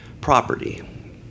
property